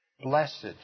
Blessed